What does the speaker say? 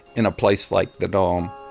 in a place like the dome,